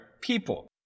people